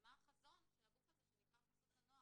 ומה החזון של הגוף הזה שנקרא חסות הנוער,